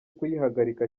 kuyihagarika